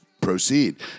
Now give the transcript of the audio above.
proceed